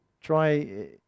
Try